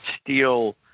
steal